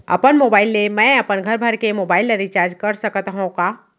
अपन मोबाइल ले मैं अपन घरभर के मोबाइल ला रिचार्ज कर सकत हव का?